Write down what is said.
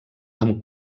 amb